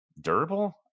durable